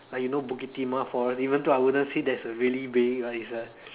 like you know Bukit-Timah forest even though I wouldn't say that's a really being a is a